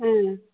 ꯑꯥ